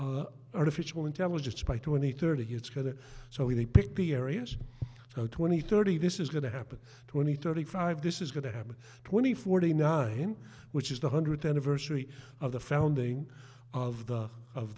dominate artificial intelligence by twenty thirty years gather so they pick the areas go twenty thirty this is going to happen twenty thirty five this is going to happen twenty forty nine which is the hundredth anniversary of the founding of the of